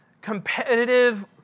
competitive